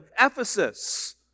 Ephesus